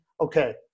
okay